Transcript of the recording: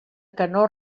canó